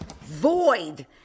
Void